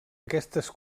aquestes